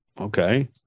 Okay